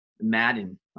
Madden